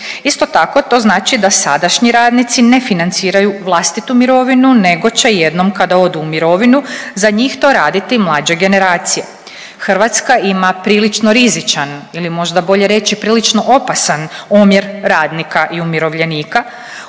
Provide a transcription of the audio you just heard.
Isto tako to znači da sadašnji radnici ne financiraju vlastitu mirovinu, nego će jednom kada odu u mirovinu za njih to raditi mlađe generacije. Hrvatska ima prilično rizičan ili možda bolje reći prilično opasan omjer radnika i umirovljenika.